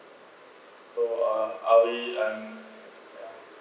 so uh are we uh ya